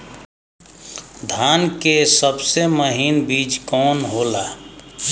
धान के सबसे महीन बिज कवन होला?